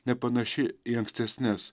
nepanaši į ankstesnes